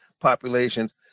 populations